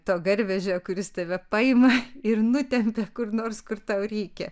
to garvežio kuris tave paima ir nutempia kur nors kur tau reikia